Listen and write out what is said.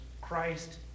Christ